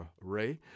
Ray